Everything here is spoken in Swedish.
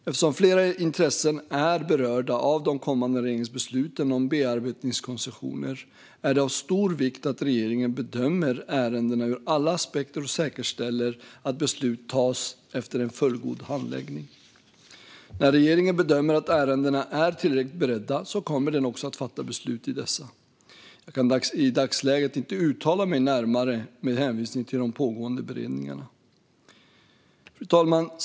Eftersom flera intressen är berörda av de kommande regeringsbesluten om bearbetningskoncessioner är det av stor vikt att regeringen bedömer ärendena ur alla aspekter och säkerställer att beslut tas efter en fullgod handläggning. När regeringen bedömer att ärendena är tillräckligt beredda kommer den också att fatta beslut i dessa. Jag kan i dagsläget inte uttala mig närmare med hänvisning till de pågående beredningarna. Fru talman!